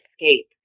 escape